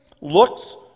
looks